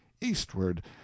eastward